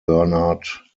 bernard